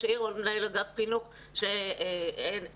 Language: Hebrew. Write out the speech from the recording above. העיר או למנהל אגף חינוך שאין גננת.